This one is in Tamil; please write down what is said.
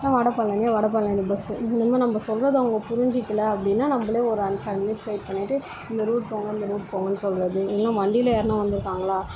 வடபழனியா வடபழனி பஸ்ஸு இந்தமாதிரி நம்ம சொல்கிறத அவங்க புரிஞ்சிக்கல அப்படின்னா நம்மளே ஒரு அஞ் ஃபைவ் மினிட்ஸ் வெயிட் பண்ணிட்டு இந்த ரூட் போங்கள் இந்த ரூட் போங்கன்னு சொல்கிறது இல்லைன்னா வண்டியில் யாருனா வந்திருக்காங்களா